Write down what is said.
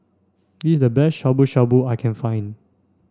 this is the best Shabu Shabu I can find